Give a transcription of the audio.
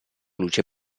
luce